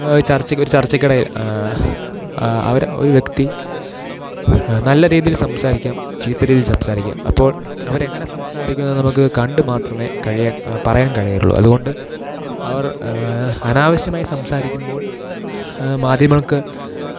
ചര്ച്ചയ്ക്ക് ഒരു ചര്ച്ചയ്ക്കിടയില് അവര് ഒരു വ്യക്തി നല്ല രീതിയില് സംസാരിക്കാം ചീത്ത രീതിയില് സംസാരിക്കാം അപ്പോള് അവരെങ്ങനെ സംസാരിക്കുന്നത് നമുക്കു കണ്ടു മാത്രമെ കഴിയാന് പറയാന് കഴിയുള്ളു അതുകൊണ്ട് അവര് അനാവശ്യമായി സംസാരിക്കുമ്പോള് മാധ്യമങ്ങള്ക്ക്